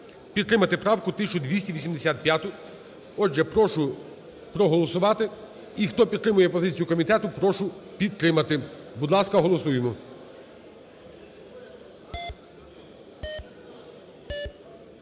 Підтримати правку 1285. Отже, прошу проголосувати. І, хто підтримує позицію комітету прошу підтримати. Будь ласка, голосуємо.